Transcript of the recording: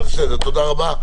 תודה רבה.